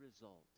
result